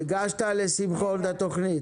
הגשת לשמחון את התכנית.